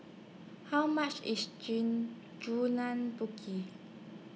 How much IS Jean Julan Putih